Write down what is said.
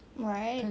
right